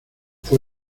fue